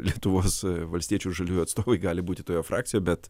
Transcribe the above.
lietuvos valstiečių ir žaliųjų atstovai gali būti toje frakcijoje bet